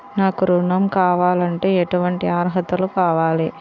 నాకు ఋణం కావాలంటే ఏటువంటి అర్హతలు కావాలి?